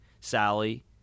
Sally